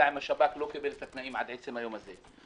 עם השב"כ לא קיבל את התנאים עד עצם היום הזה.